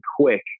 quick